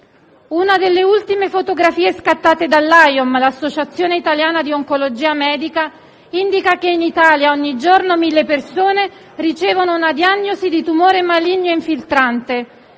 Una delle ultime fotografie scattate dall'AIOM, l'Associazione italiana di oncologia medica, indica che in Italia ogni giorno 1.000 persone ricevono una diagnosi di tumore maligno infiltrante